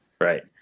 right